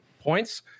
points